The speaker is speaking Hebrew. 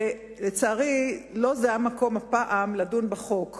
ולצערי לא זה המקום הפעם לדון בחוק זה.